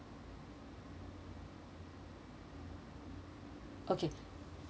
okay